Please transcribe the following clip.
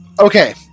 okay